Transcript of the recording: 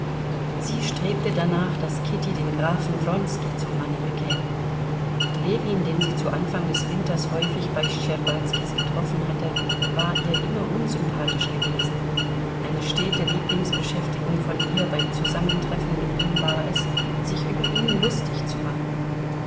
sie strebte danach daß kitty den grafen wronski zum manne bekäme ljewin den sie zu anfang des winters häufig bei schtscherbazkis getroffen hatte war ihr immer unsympathisch gewesen eine stete lieblingsbeschäftigung von ihr beim zusammentreffen mit ihm war es sich über ihn lustig zu machen